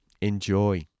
enjoy